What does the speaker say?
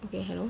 eh hello